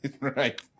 Right